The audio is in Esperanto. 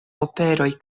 operoj